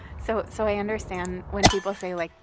so so i understand. when people say, like,